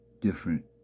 different